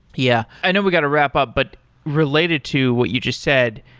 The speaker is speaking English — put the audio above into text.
yeah. i know we're going to wrap up, but related to what you just said,